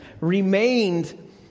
remained